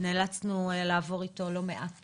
נאלצנו לעבור איתו לא מעט